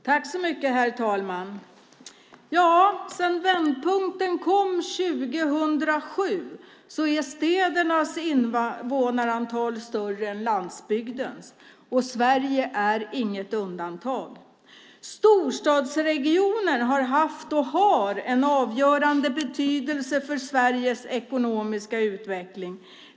Herr talman! Sedan vändpunkten kom år 2007 är städernas invånarantal större än landsbygdens. Sverige är inget undantag. Storstadsregioner har haft och har en avgörande betydelse för Sveriges ekonomiska utveckling.